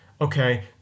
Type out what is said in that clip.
okay